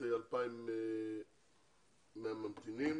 - החלטת ממשלה מס' 429. הכוונה להעלאת 2,000 ממתינים